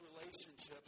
relationships